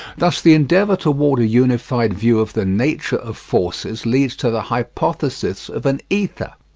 thus the endeavour toward a unified view of the nature of forces leads to the hypothesis of an ether.